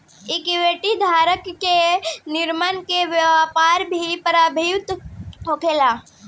equity धारक के निर्णय से व्यापार भी प्रभावित होला